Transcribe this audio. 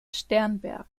sternberg